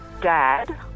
dad